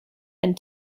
and